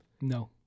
no